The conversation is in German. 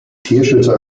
tierschützer